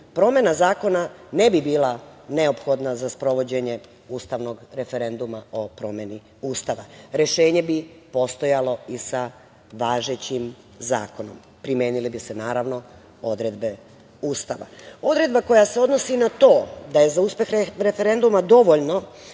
promena zakona ne bi bila neophodna za sprovođenje ustavnog referenduma o promeni Ustava. Rešenje bi postojalo i sa važećim zakonom. Primenile bi se, naravno, odredbe Ustava. Odredba koja se odnosi na to da je za uspeh referenduma dovoljno